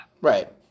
Right